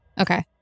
Okay